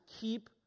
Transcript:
keep